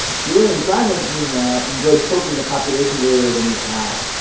julian simon, meanwhile, enjoyed poking the population warriors in the eye.